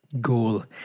goal